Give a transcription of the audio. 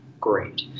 great